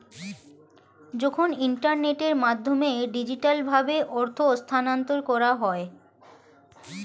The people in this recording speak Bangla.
যখন ইন্টারনেটের মাধ্যমে ডিজিটালভাবে অর্থ স্থানান্তর করা হয়